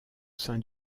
sein